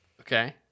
Okay